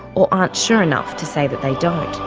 or aren't sure enough to say that they don't.